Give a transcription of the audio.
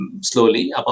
slowly